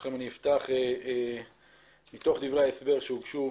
ברשותכם אני אפתח מתוך דברי ההסבר שהוגשו